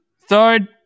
Third